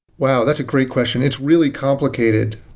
well, that's a great question. it's really complicated.